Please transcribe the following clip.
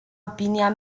opinia